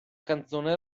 canzone